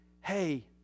Hey